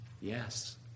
yes